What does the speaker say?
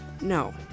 No